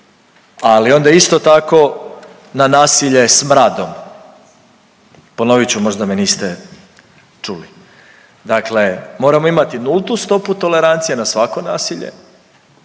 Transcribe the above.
ali onda isto tako na nasilje smradom. Ponovit ću možda me niste čuli, dakle moramo imati nultu stopu tolerancije na svako nasilje,